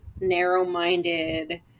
narrow-minded